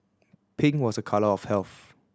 pink was a colour of health